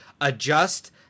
adjust